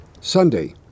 Sunday